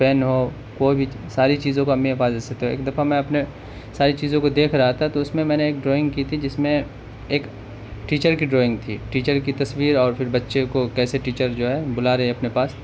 pain ہو کوئی بھی ساری چیزوں کو امی حفاظت سے تو ایک دفعہ میں اپنے ساری چیزوں کو دیکھ رہا تھا تو اس میں میں نے ایک ڈرائنگ کی تھی جس میں ایک ٹیچر کی ڈرائنگ تھی ٹیچر کی تصویر اور پھر بچے کو کیسے ٹیچر جو ہے بلا رہے اپنے پاس